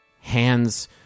Hands